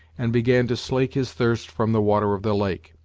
and began to slake his thirst from the water of the lake.